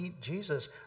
Jesus